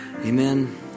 amen